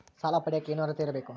ಸಾಲ ಪಡಿಯಕ ಏನು ಅರ್ಹತೆ ಇರಬೇಕು?